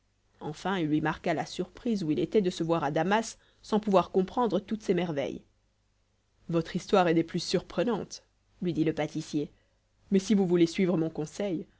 enfin il lui marqua la surprise où il était de se voir à damas sans pouvoir comprendre toutes ces merveilles votre histoire est des plus surprenantes lui dit le pâtissier mais si vous voulez suivre mon conseil